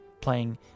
playing